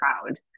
proud